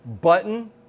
button